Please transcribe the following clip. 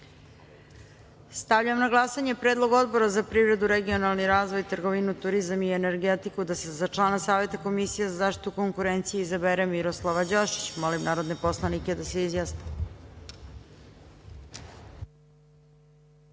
Stavljam na glasanje Predlog Odbora za privredu, regionalni razvoj, trgovinu, turizam i energetiku da se za člana Saveta Komisije za zaštitu konkurencije izabere Danijela Bokan. Molim narodne poslanike da se